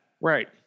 right